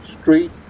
street